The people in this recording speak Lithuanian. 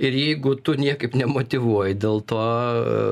ir jeigu tu niekaip nemotyvuoji dėl to